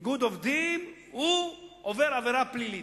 הוא עובר עבירה פלילית.